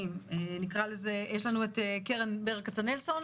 יש לנו את קרן ברל קצנלסון,